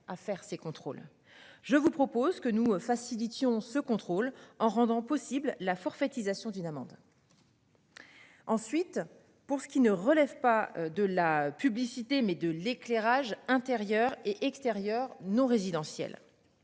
Je vous propose que nous facilite édition ce contrôle en rendant possible la forfaitisation d'une amende. Ensuite, pour ceux qui ne relève pas de la publicité mais de l'éclairage intérieur et extérieur non résidentiels.